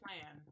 plan